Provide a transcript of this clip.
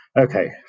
okay